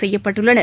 செய்யப்பட்டுள்ளனர்